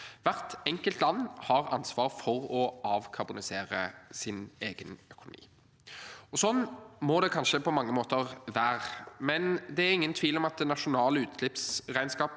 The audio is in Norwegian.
Hvert enkelt land har ansvar for å avkarbonisere sin egen økonomi. Slik må det kanskje på mange måter være, men det er ingen tvil om at det nasjonale utslippsregnskapet